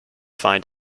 find